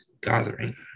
gathering